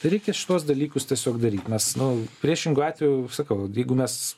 reikia šituos dalykus tiesiog daryt nes nu priešingu atveju sakau jeigu mes